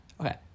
Okay